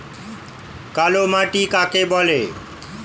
কালো মাটি কাকে বলে?